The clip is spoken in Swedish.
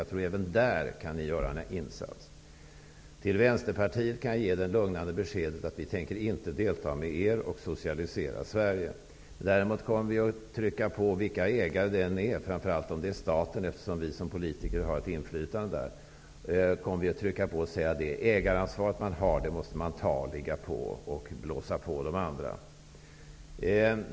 Jag tror att ni kan göra en insats även där. Till Vänsterpartiet kan jag ge det lugnande beskedet att vi i Ny demokrati inte tänker delta med er och socialisera Sverige. Däremot kommer vi att trycka på, oavsett vilka ägare det än är, men framför allt om det är staten, eftersom vi som politiker har ett inflytande där. Det ägaransvar som man har måste man ta. Vi måste ligga i och blåsa på de andra.